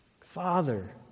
Father